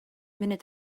munud